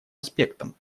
аспектам